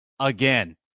again